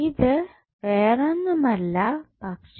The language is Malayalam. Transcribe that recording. അത് വേറൊന്നുമല്ല പക്ഷേ